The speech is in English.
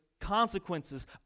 consequences